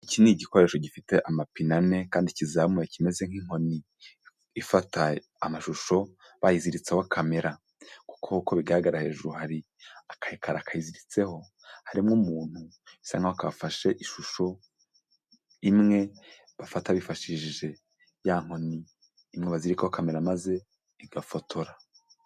Iki ni igikoresho gifite amapine ane, kandi kizamuye kimeze nk'inkoni ifata amashusho, bayiziritseho kamera, nkuko bigaragara hejuru hari aka ekara kayiziritseho, harimo umuntu bisa naho kafashe ishusho imwe bafata bifashishije ya nkoni, imwe bazirikaho kamera maze igafotora.